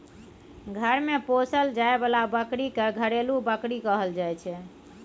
घर मे पोसल जाए बला बकरी के घरेलू बकरी कहल जाइ छै